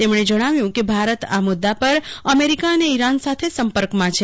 તેમણે જજ્ઞાવ્યું કે ભારત આ મુદ્ય પર અમેરિકા અને ઇરાન સાથે સંપર્કમાં છે